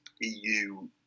EU